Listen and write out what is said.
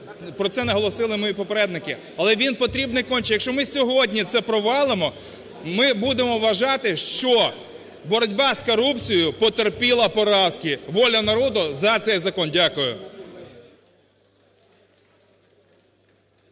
про це наголосили мої попередники, але він потрібний конче. Якщо ми сьогодні це провалимо, ми будемо вважати, що боротьба з корупцією потерпіла поразки. "Воля народу" за цей закон. Дякую.